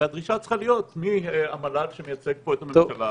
והדרישה צריכה להיות מהמל"ל שמייצג פה את הממשלה